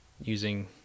using